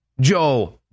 Joe